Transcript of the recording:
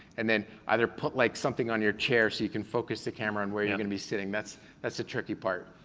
and then either put like something on your chair so you can focus the camera on and where you're gonna be sitting, that's that's the tricky part,